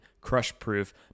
crush-proof